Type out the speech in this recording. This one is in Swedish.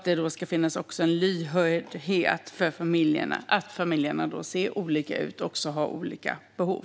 Det ska också finnas en lyhördhet för att familjer ser olika ut och har olika behov.